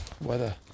weather